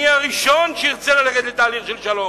אני הראשון שארצה ללכת לתהליך של שלום,